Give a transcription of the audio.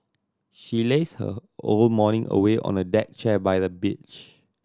she lazed her whole morning away on a deck chair by the beach